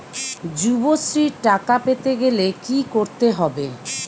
যুবশ্রীর টাকা পেতে গেলে কি করতে হবে?